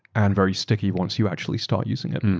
and very sticky once you actually start using it. and